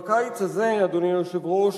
אדוני היושב-ראש,